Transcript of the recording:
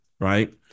right